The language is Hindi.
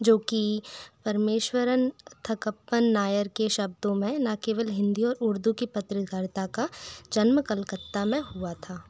जोकि परमेश्वरन थकप्पन नायर के शब्दों में ना केवल हिन्दी और उर्दू की पत्रकारिता का जन्म कलकत्ता में हुआ था